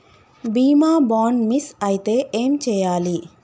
బీమా bond miss అయితే ఏం చేయాలి?